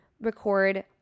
record